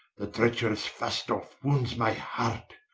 the trecherous falstaffe wounds my heart,